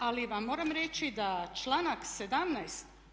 Ali vam moram reći da članak 17.